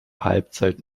halbzeit